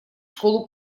школу